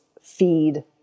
feed